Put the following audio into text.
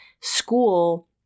school